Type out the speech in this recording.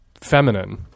feminine